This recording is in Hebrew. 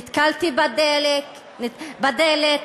נתקלתי בדלת,